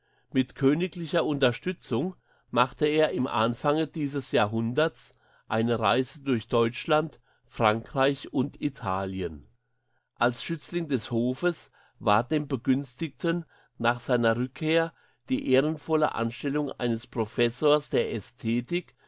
mit königlicher unterstützung machte er im anfange dieses jahrhunderts eine reise durch deutschland frankreich und italien als schützling des hofes ward dem begünstigten nach seiner rückkehr die ehrenvolle anstellung eines professors der